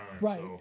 Right